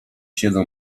siedzę